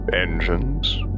engines